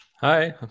hi